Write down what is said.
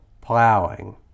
plowing